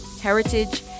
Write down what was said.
heritage